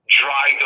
dry